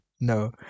No